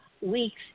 Weeks